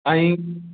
ऐं